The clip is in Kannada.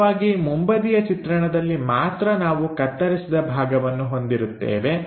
ಸಾಮಾನ್ಯವಾಗಿ ಮುಂಬದಿಯ ಚಿತ್ರಣದಲ್ಲಿ ಮಾತ್ರ ನಾವು ಕತ್ತರಿಸಿದ ಭಾಗವನ್ನು ಹೊಂದಿರುತ್ತೇವೆ